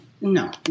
no